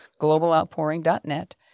globaloutpouring.net